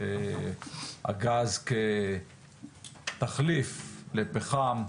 הגז כתחליף לפחם,